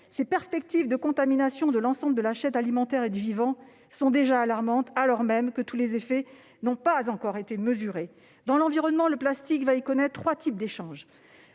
Ces perspectives de contamination de l'ensemble de la chaîne alimentaire et du vivant sont déjà alarmantes, alors même que tous les effets n'ont pas encore été mesurés. Dans l'environnement le plastique va connaître trois types d'échanges.